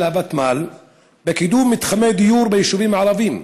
הוותמ"ל בקידום מתחמי דיור ביישובים ערביים.